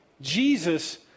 Jesus